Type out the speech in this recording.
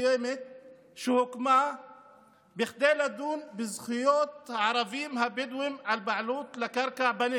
מסוימת שהוקמה בכדי לדון בזכויות הערבים הבדואים לבעלות על קרקע בנגב.